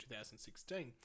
2016